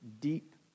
deep